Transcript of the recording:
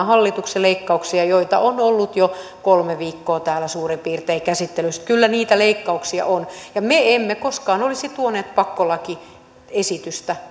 hallituksen leikkauksia joita on ollut jo suurin piirtein kolme viikkoa täällä käsittelyssä kyllä niitä leikkauksia on ja me emme koskaan olisi tuoneet pakkolakiesitystä